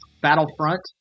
Battlefront